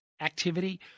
activity